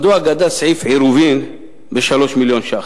מדוע גדל סעיף עירובים ב-3 מיליון שקל?